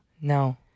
No